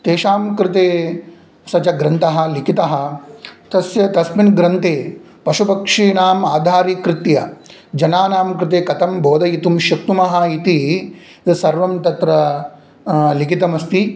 तेषां कृते स च ग्रन्थः लिखितः तस्य तस्मिन् ग्रन्थे पशुपक्षीनाम् आधारीकृत्य जनानां कृते कथं बोधयितुं शक्नुमः इति सर्वं तत्र लिखितमस्ति